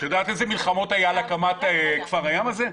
את יודעת איזה מלחמות היו על הקמת כפר הים הזה?